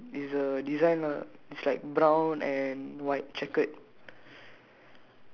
then below it is uh it's a design ah it's like brown and white checkered